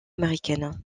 américaine